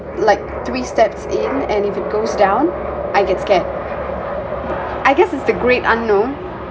like three steps in and if it goes down I get scared I guess it's the great unknown